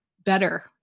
better